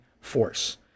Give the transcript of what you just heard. force